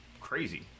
crazy